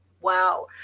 wow